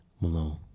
Malone